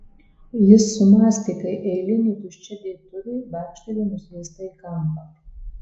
jis sumąstė kai eilinė tuščia dėtuvė barkštelėjo nusviesta į kampą